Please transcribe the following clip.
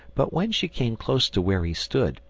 but when she came close to where he stood,